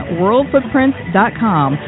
worldfootprints.com